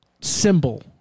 symbol